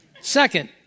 Second